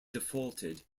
defaulted